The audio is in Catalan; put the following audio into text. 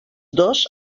dos